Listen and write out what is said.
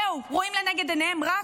זהו, רואים לנגד עיניהם רק